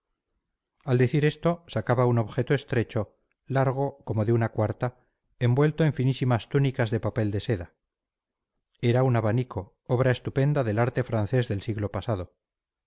al decir esto sacaba un objeto estrecho largo como de una cuarta envuelto en finísimas túnicas de papel de seda era un abanico obra estupenda del arte francés del siglo pasado